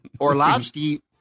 Orlovsky